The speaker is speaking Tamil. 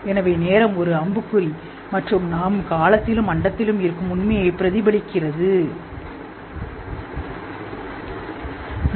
எனவே நேரம் ஒரு அம்புக்குறி மற்றும் நாம் இருக்கும் உண்மை நேரம் மற்றும் இடைவெளிகளில் நமது முழு இருப்பு